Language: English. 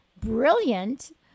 brilliant